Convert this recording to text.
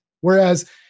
Whereas